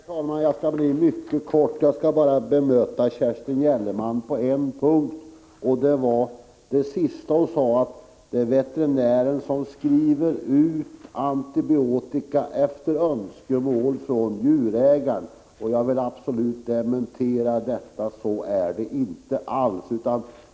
Herr talman! Jag skall bli mycket kortfattad. Jag vill bemöta Kerstin Gellerman bara på en punkt, nämligen beträffande det som hon sist sade, att veterinären skriver ut antibiotika efter önskemål från djurägaren. Jag vill absolut dementera detta: så är det inte alls.